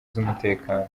z’umutekano